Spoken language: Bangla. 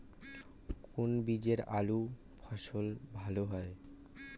কোন বীজে আলুর ফলন ভালো হয়?